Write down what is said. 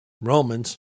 Romans